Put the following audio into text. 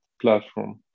platform